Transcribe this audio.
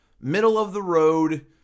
middle-of-the-road